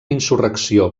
insurrecció